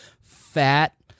Fat